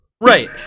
Right